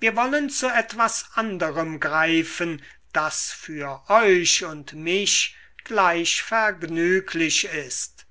wir wollen zu etwas anderem greifen das für euch und mich gleich vergnüglich ist